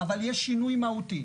אבל יש שינוי מהותי.